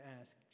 ask